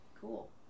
Cool